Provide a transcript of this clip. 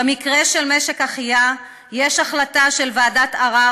במקרה של משק אחיה יש החלטה של ועדת ערר